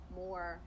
more